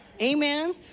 Amen